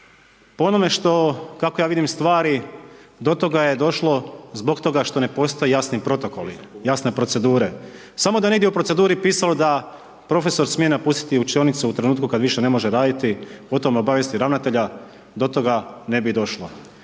Po onome što kako ja vidim stvari, do toga je došlo kako ja vidim stvari, zbog toga što ne postoje jasni protokoli, jasne procedure. Samo da je negdje u proceduri pisalo da profesor smije napustiti učionicu u trenutku kad više ne može raditi, o tome obavijesti ravnatelja, do toga ne bi došlo.